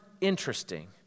interesting